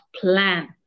plan